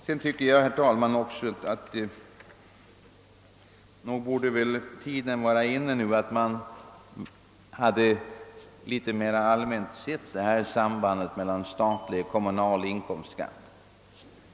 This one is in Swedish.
Jag tycker vidare, herr talman, att tiden nu borde vara inne för att mera allmänt beakta sambandet mellan statlig och kommunal inkomstskatt.